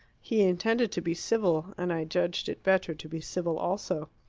he intended to be civil, and i judged it better to be civil also.